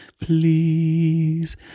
Please